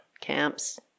camps